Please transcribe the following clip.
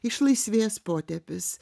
išlaisvėjęs potėpis